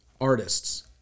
artists